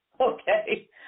Okay